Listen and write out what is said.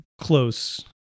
close